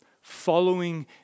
Following